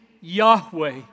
Yahweh